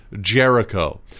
Jericho